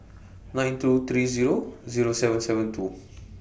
nine two three Zero Zero seven seven two